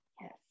Yes